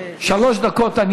שלוש דקות.